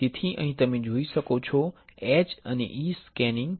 તેથી અહીં તમે જોઈ શકો છો H અને E સ્ટેનિંગ